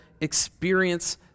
experience